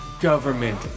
government